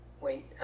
wait